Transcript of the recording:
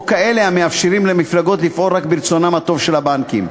או כאלה המאפשרים למפלגות לפעול רק ברצונם הטוב של הבנקים.